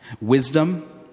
wisdom